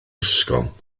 ysgol